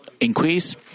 increase